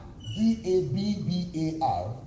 D-A-B-B-A-R